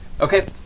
Okay